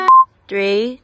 three